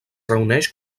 reuneix